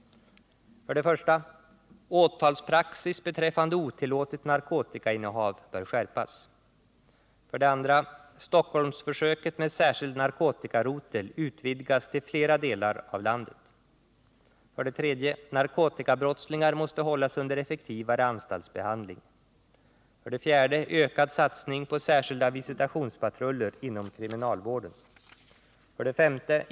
1. Åtalspraxis beträffande otillåtet narkotikainnehav bör skärpas. 2. Stockholmsförsöket med särskild narkotikarotel utvidgas till flera delar av landet. 3. Narkotikabrottslingar måste stå under effektivare anstaltsbehandling. 5.